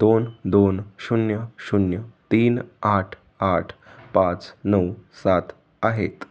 दोन दोन शून्य शून्य तीन आठ आठ पाच नऊ सात आहेत